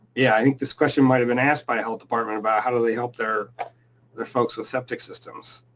yeah, i think this question might have been asked by a health department about how do they help their their folks with septic systems.